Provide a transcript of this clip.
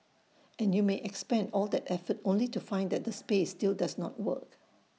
and you may expend all that effort only to find that the space still does not work